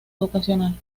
educacional